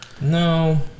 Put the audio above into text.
No